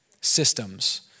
Systems